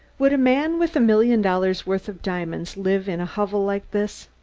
would a man with a million dollars' worth of diamonds live in a hovel like this?